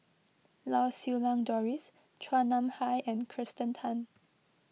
Lau Siew Lang Doris Chua Nam Hai and Kirsten Tan